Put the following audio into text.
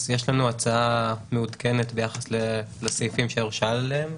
לנו הצעה מעודכנת ביחס לסעיפים ששאלת עליהם.